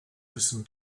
listen